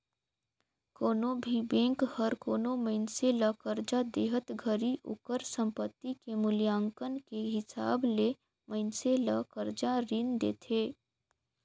कोनो भी बेंक हर कोनो मइनसे ल करजा देहत घरी ओकर संपति के मूल्यांकन के हिसाब ले मइनसे ल करजा रीन देथे